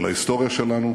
של ההיסטוריה שלנו,